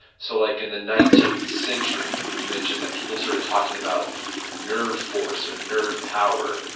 so, like in the nineteenth century you mentioned that people started talking about nerve force, or nerve power.